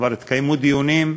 כבר התקיימו דיונים,